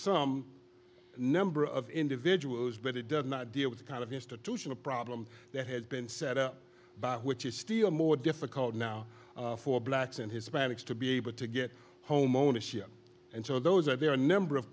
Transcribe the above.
some number of individuals but it does not deal with the kind of institutional problem that has been set up by which is still more difficult now for blacks and hispanics to be able to get homeownership and so those are there are a number of